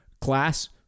class